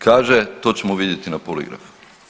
Kaže, to ćemo vidjeti na poligrafu.